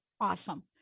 Awesome